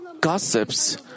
gossips